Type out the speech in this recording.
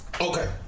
okay